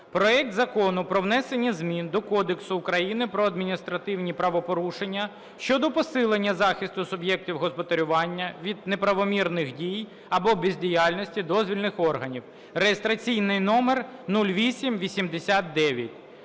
проект Закону про внесення змін до Кодексу України про адміністративні правопорушення щодо посилення захисту суб'єктів господарювання від неправомірних дій або бездіяльності дозвільних органів (реєстраційний номер 0889).